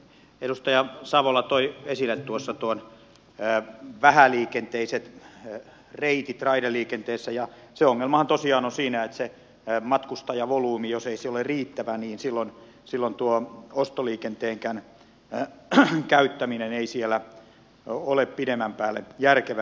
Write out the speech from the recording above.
edustaja savola toi esille vähäliikenteiset reitit raideliikenteessä ja ongelmahan tosiaan on siinä että jos se matkustajavolyymi ei ole riittävä niin silloin ostoliikenteenkään käyttäminen ei siellä ole pidemmän päälle järkevää